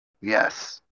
Yes